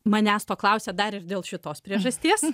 manęs to klausė dar ir dėl šitos priežasties